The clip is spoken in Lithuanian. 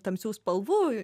tamsių spalvų